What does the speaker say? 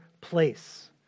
place